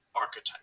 archetype